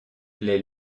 les